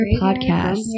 Podcast